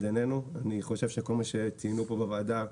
עינינו ואני חושב שכל מה שציינו פה בוועדה,